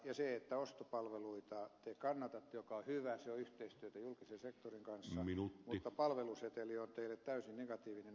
te kannatatte ostopalveluita mikä on hyvä se on yhteistyötä julkisen sektorin kanssa mutta palveluseteli on teille täysin negatiivinen asia